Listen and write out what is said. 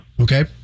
Okay